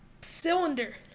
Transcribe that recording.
cylinder